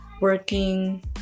working